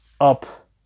up